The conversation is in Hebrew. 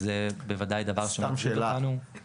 אז זה בוודאי דבר שמטריד אותנו --- סתם שאלה,